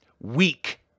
Weak